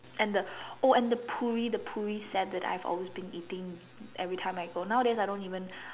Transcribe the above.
and the oh and the poori poori set that I've always been eating everytime I go nowadays I don't even